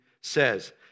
says